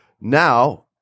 Now